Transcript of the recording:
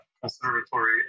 conservatory